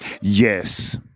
Yes